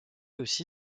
aussi